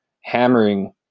hammering